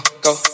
go